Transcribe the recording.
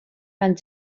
man